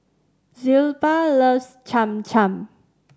Zilpha loves Cham Cham